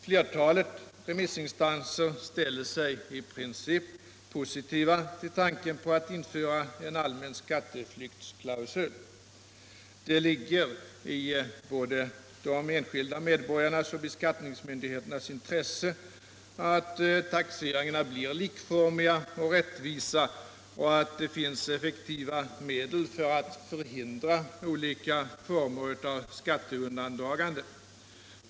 Flertalet remissinstanser ställer sig i princip positiva till tanken att införa en allmän skatteflyktsklausul. Det ligger i både de enskilda medborgarnas och beskattningsmyndigheternas intresse att taxeringarna blir likformiga och rättvisa samt att det finns effektiva medel för att förhindra olika former av skatteundandragande.